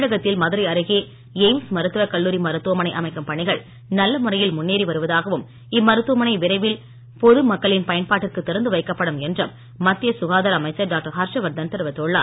தமிழகத்தில் மதுரை அருகே ஏய்ம்ஸ் மருத்துவ கல்லூரி மருத்துவமனை அமைக்கும் பணிகள் நல்ல முறையில் முன்னேறி வருவதாகவும் இம்மருத்துவமனை விரைவில் பொது மக்களின் பயன்பாட்டிற்கு திறந்து வைக்கப்படும் என்றும் மத்திய சுகாதார அமைச்சர் டாக்டர் ஹர்ஷவர்தன் தெரிவித்துள்ளார்